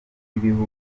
y’ibihugu